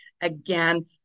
again